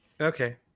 Okay